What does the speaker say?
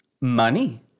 money